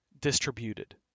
distributed